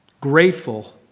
grateful